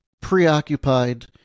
preoccupied